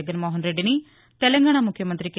జగన్మోహన్ రెడ్డిని తెలంగాణ ముఖ్యమంత్రి కె